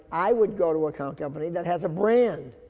i would go to account company that has a brand.